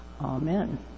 Amen